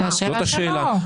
זאת השאלה שלו.